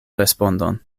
respondon